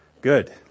Good